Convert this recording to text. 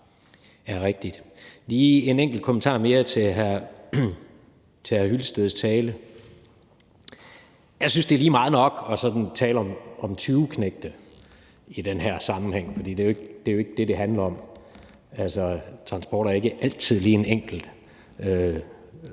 er rigtigt. Jeg har lige en enkelt kommentar mere til hr. Henning Hyllesteds tale. Jeg synes, det er lige hårdt nok at tale om tyveknægte i den her sammenhæng, for det er jo ikke det, det handler om. Transport er ikke altid en helt enkel